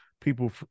people